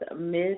Miss